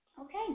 Okay